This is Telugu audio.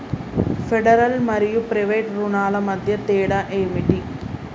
ఫెడరల్ మరియు ప్రైవేట్ రుణాల మధ్య తేడా ఏమిటి?